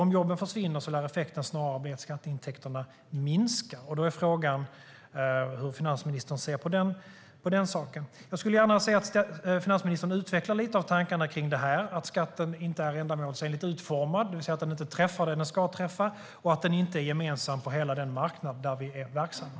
Om jobben försvinner lär effekten snarare bli att skatteintäkterna minskar. Då är frågan hur finansministern ser på den saken. Jag skulle gärna vilja att finansministern lite grann utvecklar tankarna om detta, alltså att skatten inte är ändamålsenligt utformad och inte träffar det som den ska träffa och att skatten inte är gemensam för hela den marknad där vi är verksamma.